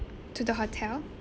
to the hotel